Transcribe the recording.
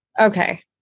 okay